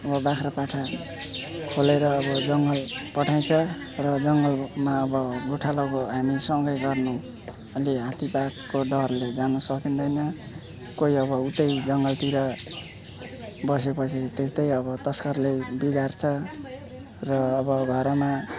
बाख्राको पाठा खोलेर अब जङ्गल पठाइन्छ र जङ्गलमा अब गोठालाको हामीसँगै गर्ने अनि हात्ती बाघको डरले जानु सकिँदैन कोही अब उतै जङ्गलतिर बसे पछि त्यस्तै अब तस्करले बिगार्छ र अब घरमा